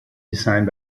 designed